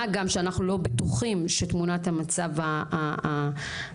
מה גם שאנחנו לא בטוחים שתמונת המצב האמיתית,